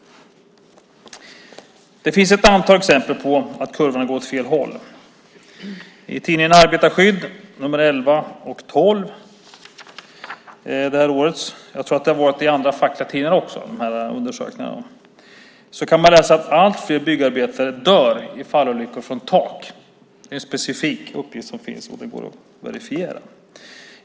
Det finns ett antal exempel på att kurvan går åt fel håll. I tidningen Arbetarskydd nr 11 och 12 det här året - jag tror att det också har varit infört i andra fackliga tidningar också - kan man läsa att allt fler byggarbetare dör i fallolyckor från tak. Det är en specifik uppgift som finns, och det går att verifiera.